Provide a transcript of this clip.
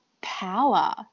power